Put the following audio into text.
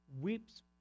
weeps